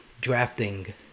drafting